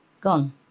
gone